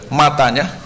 matanya